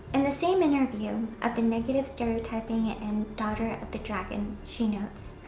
and the same interview, of the negative stereotyping in daughter of the dragon she notes,